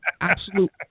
absolute